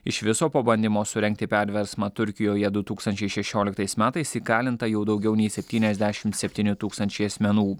iš viso po bandymo surengti perversmą turkijoje du tūkstančiai šešioliktais metais įkalinta jau daugiau nei septyniasdešim septyni tūkstančiai asmenų